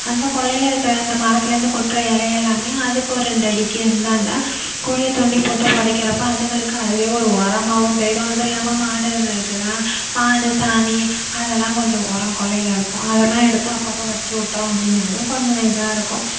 அந்த கொல்லையில் இருக்கிற இந்த மரத்துலேருந்து கொட்டுற எலையெல்லாமே அதுக்கு ஒரு ரெண்டடிக்கும் இந்தாண்ட குழியைத் தோண்டி போட்டு புதைக்கறப்ப அதுங்களுக்கு அதுவே ஒரு ஒரமாகவும் போய்விடுது அதில்லாம மாடு இந்த இதுக்குதான் மாடு சாணி அதல்லாம் கொஞ்சம் உரம் கொல்லையில் இருக்கும் அதல்லாம் எடுத்து அப்பப்போ வச்சு விட்டோம் அப்படினாலும் கொஞ்சம் இதாயிருக்கும்